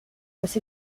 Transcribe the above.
was